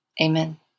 amen